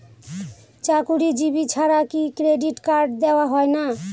চাকুরীজীবি ছাড়া কি ক্রেডিট কার্ড দেওয়া হয় না?